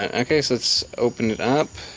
ah okay, so let's open it up